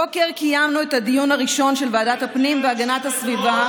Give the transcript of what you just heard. הבוקר קיימנו את הדיון הראשון של ועדת הפנים והגנת הסביבה,